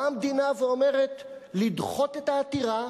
באה המדינה ואומרת לדחות את העתירה,